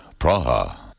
Praha